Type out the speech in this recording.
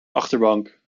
achterbank